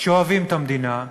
שאוהבים את המדינה,